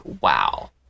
wow